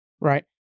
Right